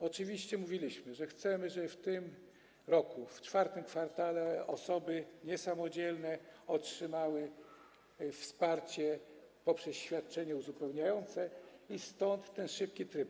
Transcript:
Oczywiście mówiliśmy, że chcemy, żeby w tym roku, w IV kwartale, osoby niesamodzielne otrzymały wsparcie poprzez świadczenie uzupełniające i stąd ten szybki tryb.